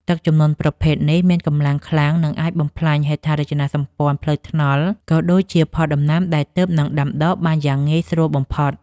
ទឹកជំនន់ប្រភេទនេះមានកម្លាំងខ្លាំង និងអាចបំផ្លាញហេដ្ឋារចនាសម្ព័ន្ធផ្លូវថ្នល់ ក៏ដូចជាផលដំណាំដែលទើបនឹងដាំដុះបានយ៉ាងងាយស្រួលបំផុត។